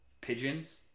pigeons